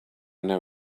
know